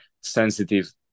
sensitive